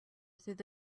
through